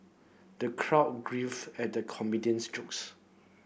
the crowd grief at the comedian's jokes